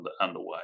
underway